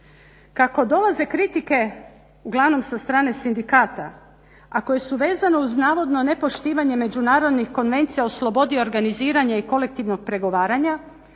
Kako dolaze kritike uglavnom sa strane sindikata a koje su vezane uz navodno nepoštivanje međunarodnih konvencija o slobodi organiziranja i kolektivnog pregovaranja,